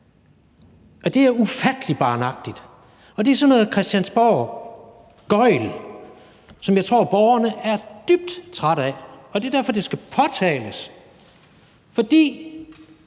Det er ufattelig barnagtigt. Det er sådan noget christiansborggøgl, som jeg tror borgerne er dødtrætte af. Det er derfor, det skal påtales. For